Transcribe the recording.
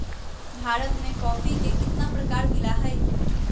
भारत में कॉफी के कितना प्रकार मिला हई?